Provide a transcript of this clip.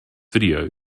video